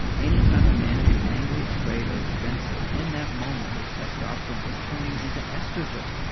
anytime a man is angry, afraid, or defensive in that moment, his testosterone is turning into estrogen.